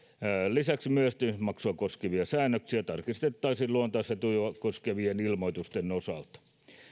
lisäksi myöhästymismaksua koskevia säännöksiä tarkistettaisiin luontaisetuja koskevien ilmoitusten osalta